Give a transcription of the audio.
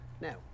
Now